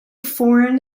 foreign